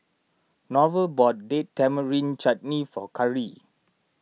Norval bought Date Tamarind Chutney for Karri